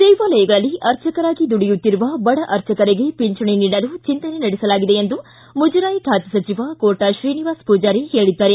ದೇವಾಲಯಗಳಲ್ಲಿ ಅರ್ಚಕರಾಗಿ ದುಡಿಯುತ್ತಿರುವ ಬಡ ಅರ್ಚಕರಿಗೆ ಪಿಂಚಣಿ ನೀಡಲು ಚಿಂತನೆ ನಡೆಸಲಾಗಿದೆ ಎಂದು ಮುಜರಾಯಿ ಖಾತೆ ಸಚಿವ ಕೋಟಾ ಶ್ರೀನಿವಾಸ ಪೂಜಾರಿ ಹೇಳಿದ್ದಾರೆ